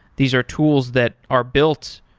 these are tools that are built,